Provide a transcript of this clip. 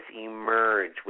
emerge